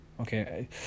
Okay